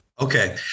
Okay